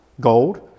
gold